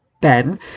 Ben